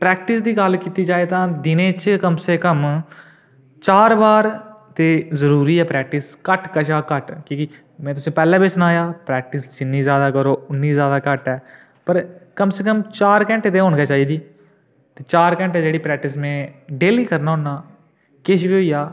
practice दी गल्ल कीती जा तां दिनै च कम शा कम चार बार ते जरूरी ऐ प्रैक्टिस घट्ट कशा घट्ट की जे में तुसें ई पैह्लें बी सनाया प्रैक्टिस जिन्नी जैदा करो उन्नी जैदा घट्ट ऐ पर कम शा कम चार घैंटे दे होनी गै चाहिदी ते चार घैंटे जेह्ड़ी प्रैक्टिस में डेह्ली करना होन्नां किश बी होई जा